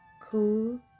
cool